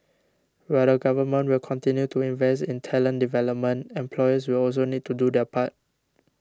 while the Government will continue to invest in talent development employers will also need to do their part